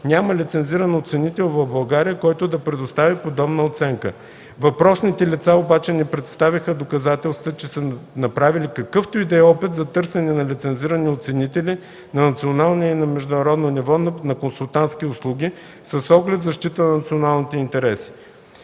няма лицензиран оценител в България, който да предостави подобна оценка. Въпросните лица обаче не представиха доказателства, че са направили какъвто и да е опит за търсене на лицензирани оценители на национално и на международно ниво на консултантските услуги, с оглед зашита на националните интереси.